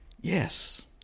yes